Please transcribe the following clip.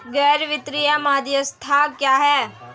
गैर वित्तीय मध्यस्थ क्या हैं?